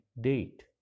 date